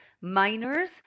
minors